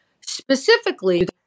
specifically